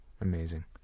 Amazing